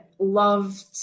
Loved